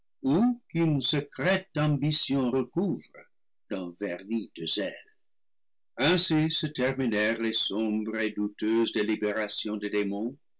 qu'une secrète ambition recouvre d'un vernis de zèle ainsi se terminèrent les sombres et douteuses délibérations des